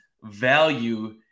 value